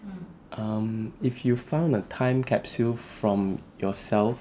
um if you found a time capsule from yourself